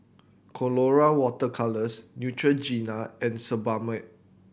Colora Water Colours Neutrogena and Sebamed